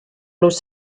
los